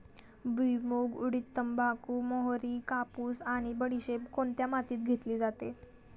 भुईमूग, उडीद, तंबाखू, मोहरी, कापूस आणि बडीशेप कोणत्या मातीत घेतली जाते?